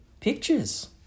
pictures